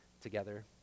together